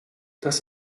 das